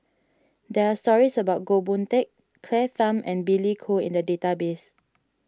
there are stories about Goh Boon Teck Claire Tham and Billy Koh in the database